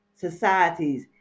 societies